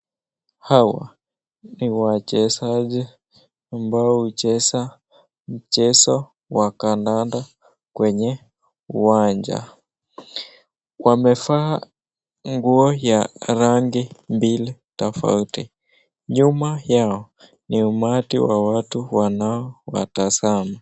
Hawa ni wachezaji ambao hucheza mchezo wa kandanda kwenye uwanja. Wamevaa nguo ya rangi mbili tofauti. Nyuma yao ni umati wa watu wanaowatazama.